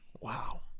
Wow